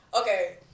okay